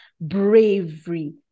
bravery